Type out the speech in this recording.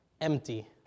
empty